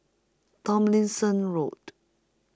Tomlinson Road